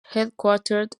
headquartered